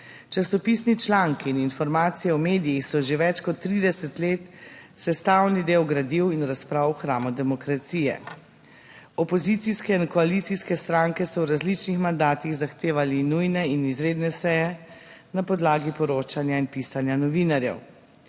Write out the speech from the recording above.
Časopisni članki in informacije o medijih so že več kot 30 let sestavni del gradiv in razprav v hramu demokracije. Opozicijske in koalicijske stranke so v različnih mandatih zahtevali nujne in izredne seje na podlagi poročanja in pisanja novinarjev.